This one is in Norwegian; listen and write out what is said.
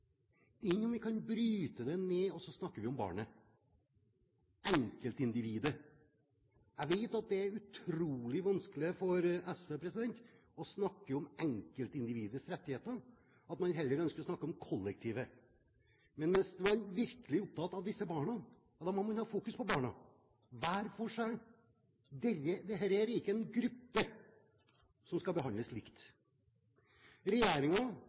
Enn om vi kunne bryte det ned og snakke om barnet, enkeltindividet. Jeg vet at det er utrolig vanskelig for SV å snakke om enkeltindividets rettigheter, og man ønsker heller å snakke om kollektivet. Men hvis man virkelig er opptatt av disse barna, må man ha fokus på barna, hver for seg. Dette er ikke noen gruppe som skal behandles likt.